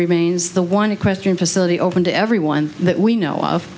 remains the one equestrian facility open to everyone that we know of